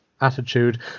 attitude